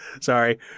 Sorry